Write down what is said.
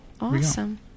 Awesome